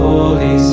Holy